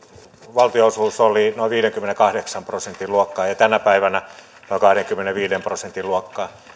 valtionosuus oli noin viidenkymmenenkahdeksan prosentin luokkaa ja ja tänä päivänä se on noin kahdenkymmenenviiden prosentin luokkaa